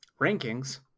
Rankings